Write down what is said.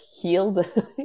healed